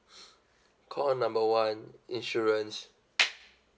call number one insurance